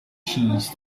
cheese